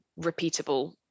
repeatable